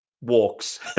walks